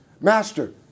Master